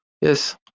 Yes